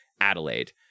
Adelaide